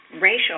racial